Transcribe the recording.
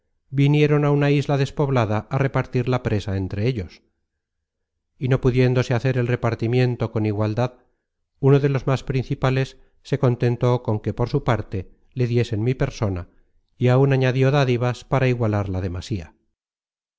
vinieron á una isla despoblada á repartir la presa entre ellos y no pudiéndose hacer el repartimiento con igualdad uno de los más principales se contentó con que por su parte le diesen mi persona y áun añadió dádivas para igualar la demasía